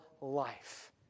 life